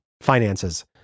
finances